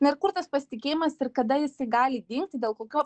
na ir kur tas pasitikėjimas ir kada jisai gali dingti dėl kokio